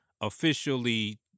officially